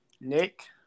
Nick